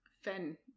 Fen